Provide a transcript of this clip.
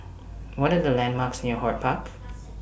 What Are The landmarks near HortPark